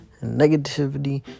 negativity